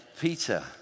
Peter